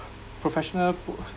professional